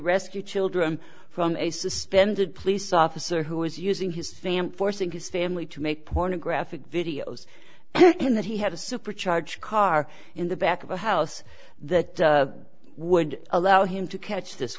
children from a suspended police officer who was using his family forcing his family to make pornographic videos and that he had a supercharged car in the back of a house that would allow him to catch this